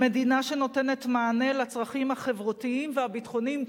מדינה שנותנת מענה לצרכים החברתיים והביטחוניים,